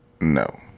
No